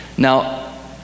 Now